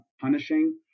punishing